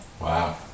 Wow